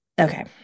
Okay